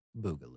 boogaloo